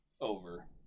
over